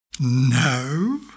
No